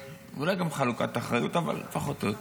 אולי גם חלוקת אחריות, אבל פחות או יותר.